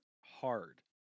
hard